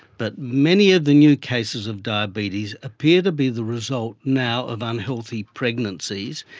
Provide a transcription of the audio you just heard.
but many of the new cases of diabetes appear to be the result now of unhealthy pregnancies,